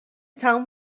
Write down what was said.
تموم